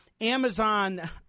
amazon